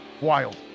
Wild